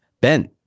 Ben